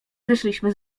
wyszliśmy